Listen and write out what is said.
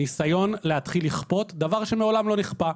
ניסיון להתחיל לכפות דבר שמעולם לא נכפה.